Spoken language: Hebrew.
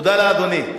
תודה לאדוני.